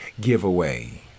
giveaway